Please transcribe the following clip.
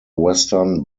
western